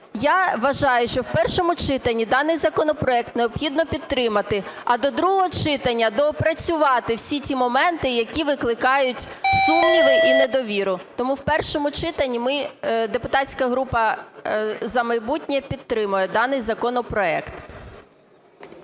Я вважаю, що в першому читанні даний законопроект необхідно підтримати. А до другого читання доопрацювати всі ті моменти, які викликають сумніви і недовіру. Тому в першому читанні ми, депутатська група "За майбутнє", підтримуємо даний законопроект.